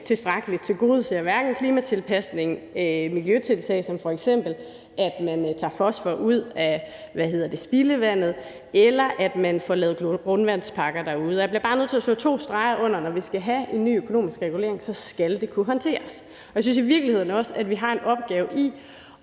tilstrækkeligt tilgodeser hverken klimatilpasning, miljøtiltag som f.eks. det, at man tager fosfor ud af spildevandet, eller at man får lavet grundvandsparker derude. Jeg bliver bare nødt til at slå to streger under, at når vi skal have en ny økonomisk regulering, skal det kunne håndteres. Jeg synes i virkeligheden også, at vi har en opgave i